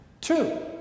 Two